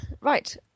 Right